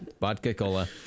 Vodka-cola